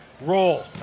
Roll